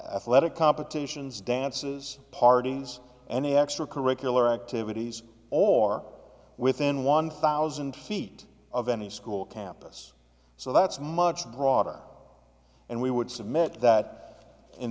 of competitions dances parties any extra curricular activities or within one thousand feet of any school campus so that's a much broader and we would submit that in